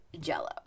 Jello